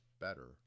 better